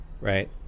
right